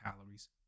calories